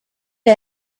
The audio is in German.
der